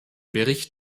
bericht